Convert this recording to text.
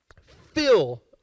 Fill